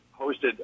hosted